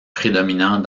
prédominant